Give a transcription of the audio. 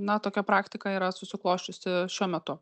na tokia praktika yra susiklosčiusi šiuo metu